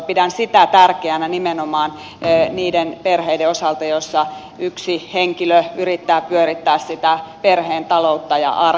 pidän sitä tärkeänä nimenomaan niiden perheiden osalta joissa yksi henkilö yrittää pyörittää sitä perheen taloutta ja arkea